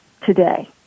today